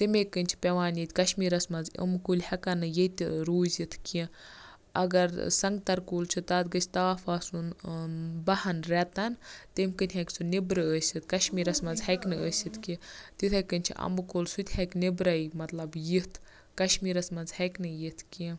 تمے کِنۍ چھِ پیٚوان ییٚتہِ کَشمیرَس منٛز یِم کُلۍ ہیٚکَن نہٕ ییٚتہِ روزِتھ کیٚنٛہہ اَگَر سَنگتَر کُل چھُ تَتھ گَژھہِ تاف آسُن بَاہن ریٚتَن تمہِ کِنۍ ہیٚکہِ سُہ نٮ۪برٕ آسِتھ کَشمیرَس منٛز ہیٚکہِ نہٕ ٲسِتھ کیٚنٛہہ تِتھے کٔنۍ چھُ اَمبہٕ کُل سُہ تہِ ہیٚکہِ نیٚبرے مَطلَب یِتھ کَشمیرَس منٛز ہیٚکہِ نہٕ یِتھ کیٚنٛہہ